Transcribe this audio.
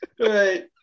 Right